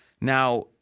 Now